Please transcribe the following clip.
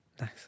Nice